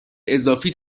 اضافی